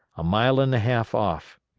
a mile and a half off.